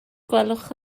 gwelwch